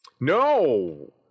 No